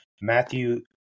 Matthew